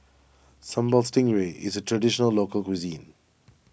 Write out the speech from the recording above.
Sambal Stingray is a Traditional Local Cuisine